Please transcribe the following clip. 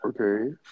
Okay